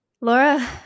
Laura